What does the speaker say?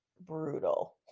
brutal